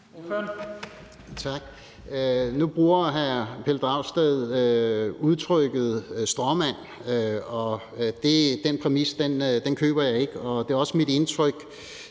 Nu bruger hr. Pelle Dragsted udtrykket stråmand, og den præmis køber jeg ikke. Det er også mit indtryk